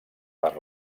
per